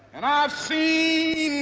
and i've seen